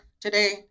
today